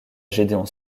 gédéon